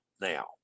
now